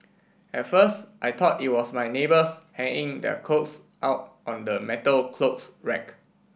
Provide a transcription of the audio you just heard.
at first I thought it was my neighbours hanging their clothes out on the metal clothes rack